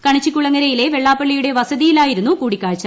കണിച്ചുകുളങ്ങരയിലെ വെള്ളാപ്പള്ളിയുടെ വസതിയിലായിരുന്നു കൂടിക്കാഴ്ച